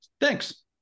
thanks